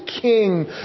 king